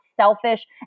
selfish